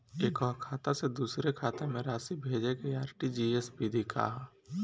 एकह खाता से दूसर खाता में राशि भेजेके आर.टी.जी.एस विधि का ह?